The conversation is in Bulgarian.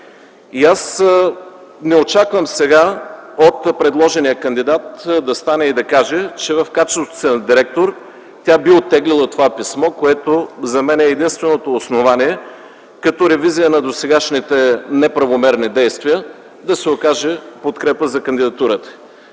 Аз не очаквам сега от предложения кандидат да стане и да каже, че в качеството си на директор тя би оттеглила това писмо, което за мен е единственото основание като ревизия на досегашните неправомерни действия да се окаже подкрепа за кандидатурата.